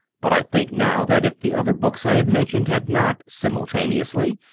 but i think now that if the other books i have mentioned had not, simultaneously,